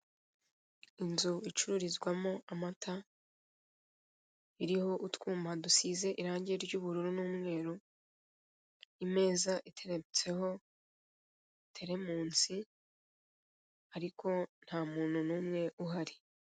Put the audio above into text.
Inzu icururizwamo amata iriho utwuma dusize irange ry'ububruru n'umweru. Imeza iteretseho teremusi, ariko nta muntu n'umwe uhari.